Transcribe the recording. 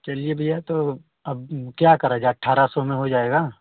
चलिए भैया तो अब क्या करा जाए अट्ठारह सौ में हो जाएगा